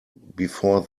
before